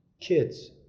Kids